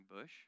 bush